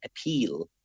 appeal